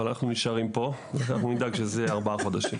אבל אנחנו נשארים פה ואנחנו נדאג שזה יהיה ארבעה חודשים,